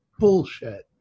Bullshit